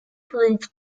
proof